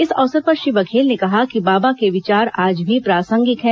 इस अवसर पर श्री बघेल ने कहा कि बाबा के विचार आज भी प्रासंगिक है